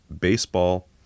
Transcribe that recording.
baseball